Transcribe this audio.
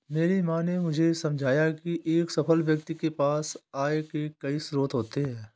मेरी माँ ने मुझे समझाया की एक सफल व्यक्ति के पास आय के कई स्रोत होते हैं